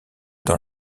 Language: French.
dans